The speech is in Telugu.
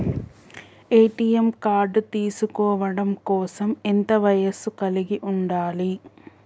ఏ.టి.ఎం కార్డ్ తీసుకోవడం కోసం ఎంత వయస్సు కలిగి ఉండాలి?